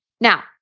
Now